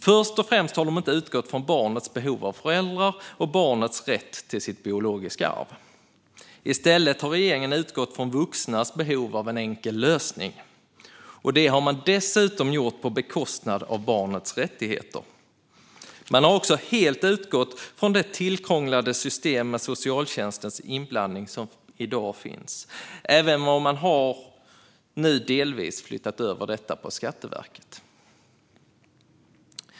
Först och främst har de inte utgått från barnets behov av föräldrar och barnets rätt till sitt biologiska arv. I stället har regeringen utgått från vuxnas behov av en enkel lösning, dessutom på bekostnad av barnets rättigheter. Man har också helt utgått från dagens tillkrånglade system med socialtjänstens inblandning, även om man nu delvis har flyttat över detta till Skatteverket.